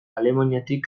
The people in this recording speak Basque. alemaniatik